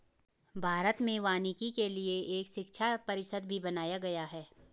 भारत में वानिकी के लिए एक शिक्षा परिषद भी बनाया गया है